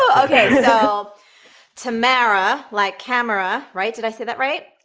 ah okay, so tamara, like camera, right? did i say that right?